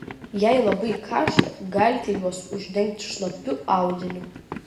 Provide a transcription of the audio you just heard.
jei labai karšta galite juos uždengti šlapiu audiniu